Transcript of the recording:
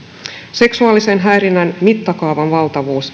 seksuaalisen häirinnän mittakaavan valtavuus